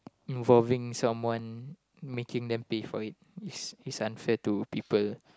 involving someone making them pay for it it's it's unfair for people